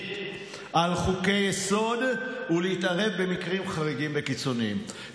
על חוקי-יסוד ולהתערב במקרים חריגים וקיצוניים.